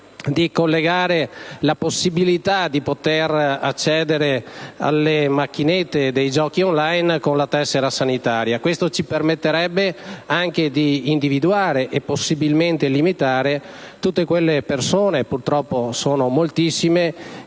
di collegare la possibilità di accedere alle macchinette dei giochi *on line* con la tessera sanitaria. Questo ci permetterebbe anche di individuare, e possibilmente limitare, tutte quelle persone - purtroppo sono moltissime